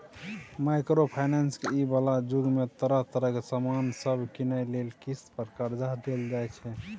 micro finance के इ बला जुग में तरह तरह के सामान सब कीनइ लेल किस्त पर कर्जा देल जाइ छै